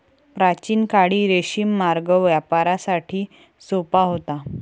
प्राचीन काळी रेशीम मार्ग व्यापारासाठी सोपा होता